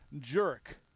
jerk